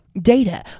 data